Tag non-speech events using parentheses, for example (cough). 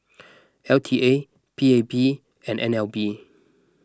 (noise) L T A P A P and N L B